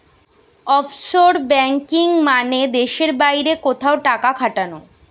offshore banking মানে দেশের বাইরে কোথাও টাকা খাটানো